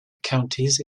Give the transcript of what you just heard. counties